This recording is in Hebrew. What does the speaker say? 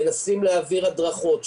מנסים להעביר הדרכות,